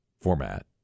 format